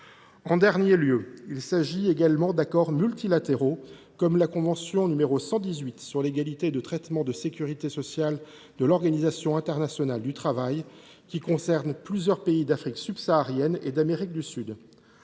et dernier lieu, il s’agit d’accords multilatéraux, comme la convention n° 118 sur l’égalité de traitement de sécurité sociale de l’Organisation internationale du travail (OIT), qui concerne plusieurs pays d’Afrique subsaharienne et d’Amérique du Sud.